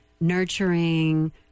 nurturing